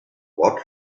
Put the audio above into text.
what